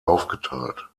aufgeteilt